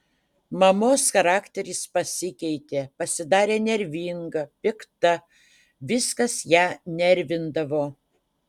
mamos charakteris pasikeitė pasidarė nervinga pikta viskas ją nervindavo